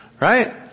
right